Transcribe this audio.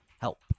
Help